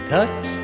Touch